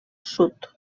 sud